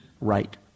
right